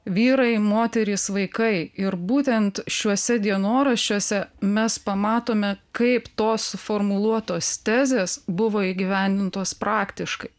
vyrai moterys vaikai ir būtent šiuose dienoraščiuose mes pamatome kaip tos suformuluotos tezės buvo įgyvendintos praktiškai